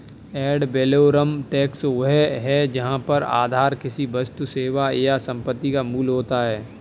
add valorem tax वह है जहां कर आधार किसी वस्तु, सेवा या संपत्ति का मूल्य होता है